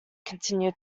continue